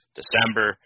December